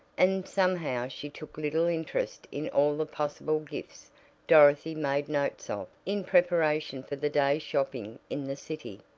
and somehow she took little interest in all the possible gifts dorothy made notes of, in preparation for the day's shopping in the city.